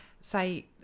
Say